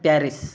Paris